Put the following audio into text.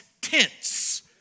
tents